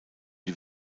die